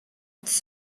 its